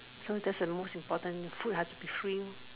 so that's the most important food have to be free